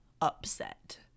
upset